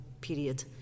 period